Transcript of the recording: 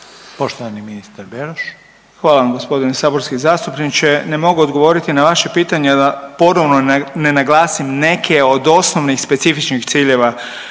**Beroš, Vili (HDZ)** Hvala vam gospodine saborski zastupniče. Ne mogu odgovoriti na vaše pitanje a da ponovno ne naglasim neke od osnovnih specifičnih ciljeva